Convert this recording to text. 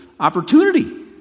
Opportunity